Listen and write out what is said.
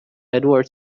edward